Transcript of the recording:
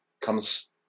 comes